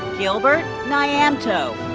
gilbert nyamto.